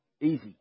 easy